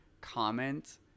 comment